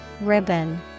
ribbon